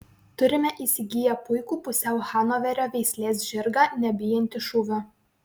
turime įsigiję puikų pusiau hanoverio veislės žirgą nebijantį šūvio